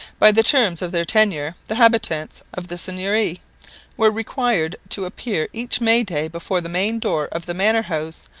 by the terms of their tenure the habitants of the seigneury were required to appear each may day before the main door of the manor-house,